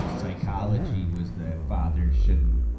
as a college she was that father should